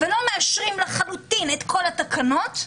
ולא מאשרים לחלוטין את כל התקנות,